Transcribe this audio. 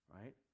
right